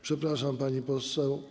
Przepraszam, pani poseł.